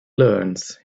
learns